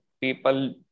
people